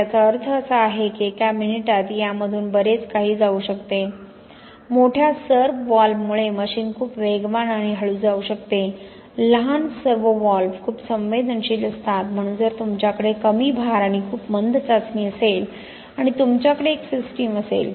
याचा अर्थ असा आहे की एका मिनिटात यामधून बरेच काही जाऊ शकते मोठ्या सर्व्हव्हॉल्व्हमुळे मशीन खूप वेगवान आणि हळू जाऊ शकते लहान सर्व्होव्हॉल्व्ह खूप संवेदनशील असतात म्हणून जर तुमच्याकडे कमी भार आणि खूप मंद चाचणी असेल आणि तुमच्याकडे एक सिस्टम असेल